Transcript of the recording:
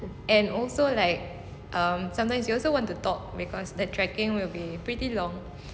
and also like um sometimes you also want to talk because trekking will be pretty long